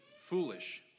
foolish